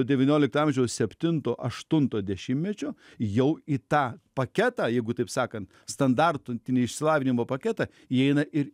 devyniolikto amžiaus septinto aštunto dešimtmečio jau į tą paketą jeigu taip sakant standartų neišsilavinimo paketą įeina ir